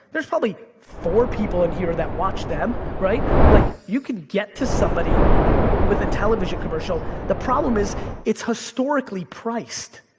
there's probably four people in here that watch them, right, like you could get to somebody with a television commercial. the problem is it's historically priced.